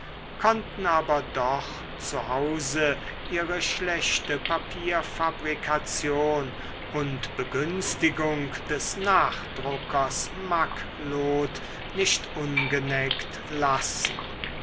konnten aber doch zu hause ihre schlechte papierfabrikation und begünstigung des nachdruckers macklot nicht ungeneckt lassen